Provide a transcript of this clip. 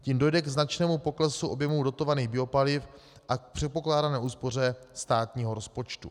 Tím dojde k značnému poklesu objemu dotovaných biopaliv a k předpokládané úspoře státního rozpočtu.